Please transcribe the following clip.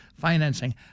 financing